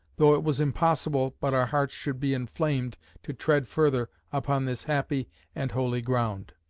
though it was impossible but our hearts should be enflamed to tread further upon this happy and holy ground.